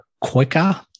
quicker